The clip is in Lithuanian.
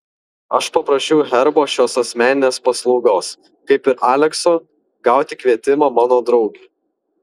aš paprašiau herbo šios asmeninės paslaugos kaip ir alekso gauti kvietimą mano draugei